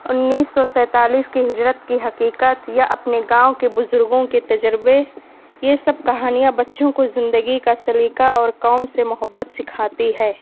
انیس سو سینتالیس کی ہجرت کی حقیقت یا اپنے گاؤں کے بزرگوں کے تجربے یہ سب کہانیاں بچوں کو زندگی کا سلیقہ اور قوم سے محبت سکھاتی ہے